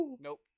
Nope